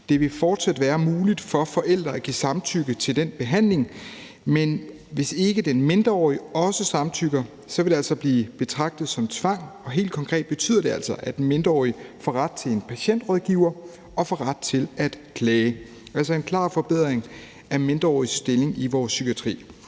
Det vil fortsat være muligt for forældre at give samtykke til den behandling, men hvis ikke den mindreårige også samtykker, vil det altså blive betragtet som tvang. Helt konkret betyder det altså, at en mindreårig får ret til en patientrådgiver og får ret til at klage, altså en klar forbedring af mindreåriges stilling i vores psykiatri.